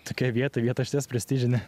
tokioj vietoj vieta išties prestižinė